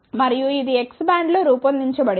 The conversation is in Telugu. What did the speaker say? మరియు ఇది X బ్యాండ్లో రూపొందించబడింది